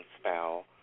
spell